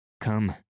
Come